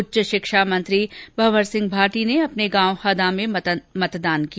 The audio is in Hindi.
उच्च शिक्षा मंत्री भंवर सिंह भाटी ने अपने गांव हदां में मतदान किया